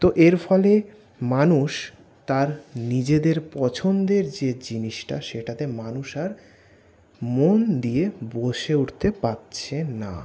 তো এর ফলে মানুষ তার নিজেদের পছন্দের যে জিনিসটা সেটাতে মানুষ আর মন দিয়ে বসে উঠতে পারছে না